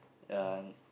ya